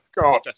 God